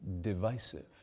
divisive